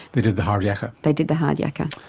they did the hard yakka? they did the hard yakka.